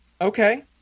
Okay